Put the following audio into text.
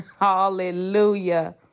hallelujah